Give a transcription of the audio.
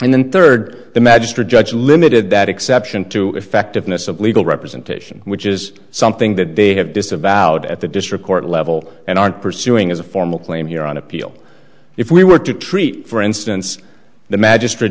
and then third the magistrate judge limited that exception to effectiveness of legal representation which is something that they have disavowed at the district court level and aren't pursuing as a formal claim here on appeal if we were to treat for instance the magistr